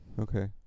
Okay